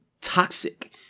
toxic